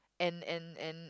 and and and